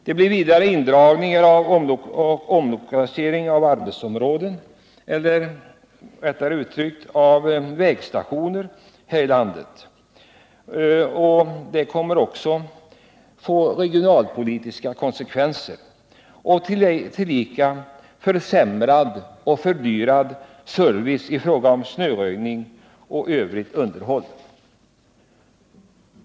Det blir även indragning och omlokalisering av vägstationer. Det här kommer också att få regionalpolitiska konsekvenser. Vidare blir det en försämring och en fördyring av servicen när det gäller snöröjning och övrigt underhåll.